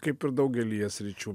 kaip ir daugelyje sričių